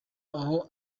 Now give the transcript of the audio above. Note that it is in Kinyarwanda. aho